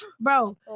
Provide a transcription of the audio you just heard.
Bro